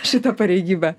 šita pareigybė